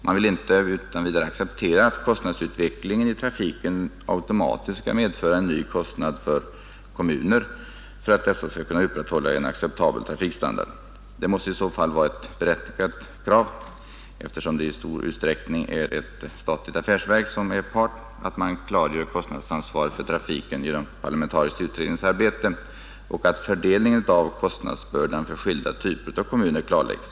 Man vill inte utan vidare acceptera att kostnadsutvecklingen i trafiken automatiskt skall medföra en ny kostnad för kommuner för att dessa skall kunna upprätthålla en acceptabel trafikstandard. Det måste i så fall vara ett berättigat krav, eftersom det i stor utsträckning är ett statligt affärsverk som är part, att man klargör kostnadsansvaret för trafiken genom ett parlamentariskt utredningsarbete och att fördelningen av kostnadsbördan för skilda grupper av kommuner klarläggs.